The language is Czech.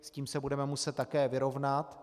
S tím se budeme muset také vyrovnat.